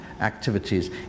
activities